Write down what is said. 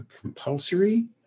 compulsory